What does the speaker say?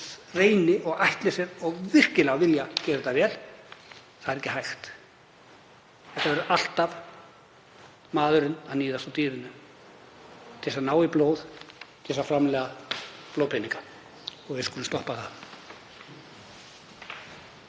reyni og ætli sér virkilega og vilji gera þetta vel. Það er ekki hægt. Þetta verður alltaf maðurinn að níðast á dýrinu til að ná í blóð til að framleiða blóðpeninga. Og við skulum stoppa það.